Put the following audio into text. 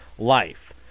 life